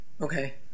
Okay